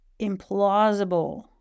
implausible